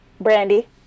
Brandy